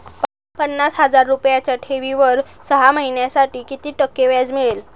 पन्नास हजार रुपयांच्या ठेवीवर सहा महिन्यांसाठी किती टक्के व्याज मिळेल?